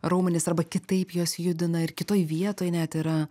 raumenis arba kitaip juos judina ir kitoj vietoj net yra